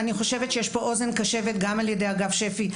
אני חושבת שיש פה אוזן קשבת גם על ידי אגף שפ"י.